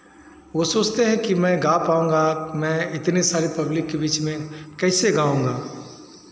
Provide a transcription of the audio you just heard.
वो सोचते हैं कि मैं गा पाउंगा मैं इतने सारे पब्लिक के बीच में कैसे गाउंगा